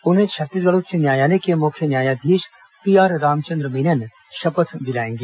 उन्हें छत्तीसगढ़ उच्च न्यायालय के मुख्य न्यायाधीश पीआर रामचंद्र मेनन शपथ दिलाएंगे